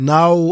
Now